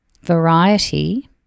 variety